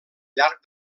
llarg